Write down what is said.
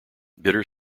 bitter